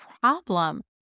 problem